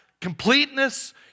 completeness